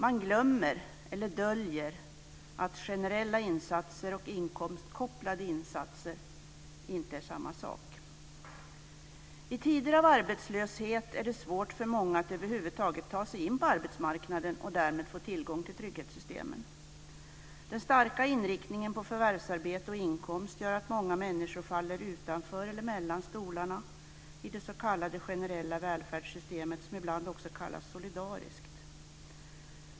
Man glömmer eller döljer att generella insatser och inkomstkopplade insatser inte är samma saker. I tider av arbetslöshet är det svårt för många att över huvud taget ta sig in på arbetsmarknaden och därmed få tillgång till trygghetssystemen. Den starka inriktningen på förvärvsarbete och inkomst gör att många människor faller utanför eller mellan stolarna i det s.k. generella välfärdssystemet som ibland också kallas solidariskt.